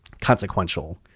consequential